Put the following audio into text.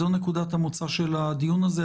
זאת נקודת המוצא של הדיון הזה.